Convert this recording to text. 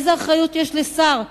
איזו אחריות יש לשר,